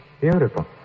Beautiful